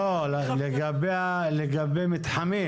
לא, לגבי מתחמים.